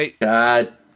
God